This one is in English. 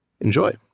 Enjoy